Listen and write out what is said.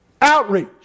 outreach